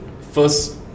first